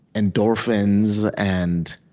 endorphins and